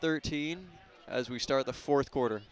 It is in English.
thirteen as we start the fourth quarter